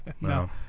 No